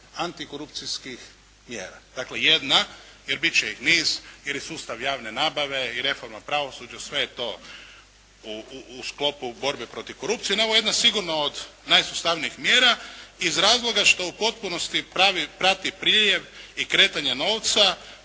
antikorupcijskih mjera. Dakle jedna jer biti će ih niz, jer je sustav javne nabave i reforma pravosuđa, sve je to u sklopu borbe protiv korupcije. No ovo je jedna sigurno od najsustavnijih mjera iz razloga što u potpunosti prati proljev i kretanje novca